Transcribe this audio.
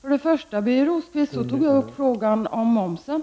För det första tog jag, Birger Rosqvist, upp frågan om momsen.